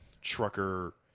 trucker